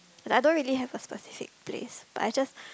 I don't really have a specific place but I just